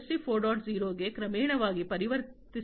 0ಗೆ ಕ್ರಮೇಣವಾಗಿ ಪರಿವರ್ತಿಸುತ್ತಿವೆ ಮತ್ತು ಇವು ಕಾರ್ಯದಲ್ಲಿವೆ